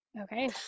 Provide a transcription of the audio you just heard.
Okay